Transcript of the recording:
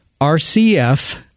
RCF